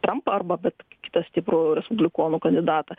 trampą arba bet kitą stiprų respublikonų kandidatą